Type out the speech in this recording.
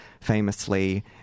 famously